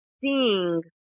seeing